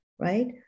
Right